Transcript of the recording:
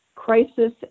crisis